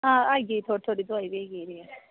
आं आई गेई दोआई जेह्ड़ी जरूरी ऐ